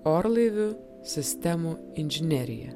orlaivių sistemų inžineriją